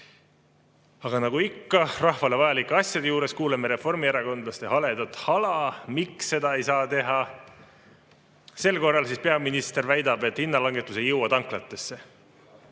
nagu ikka rahvale vajalike asjade juures kuuleme reformierakondlaste haledat hala, miks seda ei saa teha. Sel korral peaminister väidab, et hinnalangetus ei jõua tanklatesse.